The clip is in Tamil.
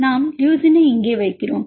நாம் லுசைனை இங்கே வைக்கிறோம்